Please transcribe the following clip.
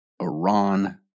Iran